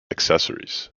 accessories